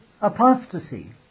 apostasy